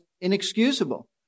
inexcusable